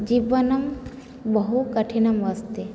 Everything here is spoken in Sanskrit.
जीवनं बहुकठिनम् अस्ति